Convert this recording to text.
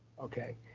okay,